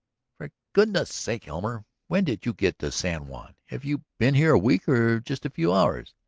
for goodness' sake, elmer, when did you get to san juan? have you been here a week or just a few hours?